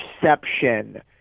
perception